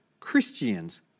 Christians